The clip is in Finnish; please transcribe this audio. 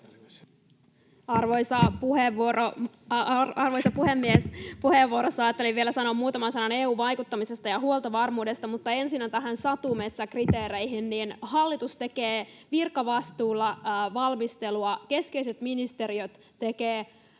15:32 Content: Arvoisa puhemies! Puheenvuorossa ajattelin vielä sanoa muutaman sanan EU-vaikuttamisesta ja huoltovarmuudesta, mutta ensin näihin satumetsäkriteereihin. Hallitus tekee virkavastuulla valmistelua, keskeiset ministeriöt tekevät